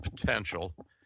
potential